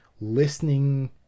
listening